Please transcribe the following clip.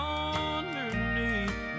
underneath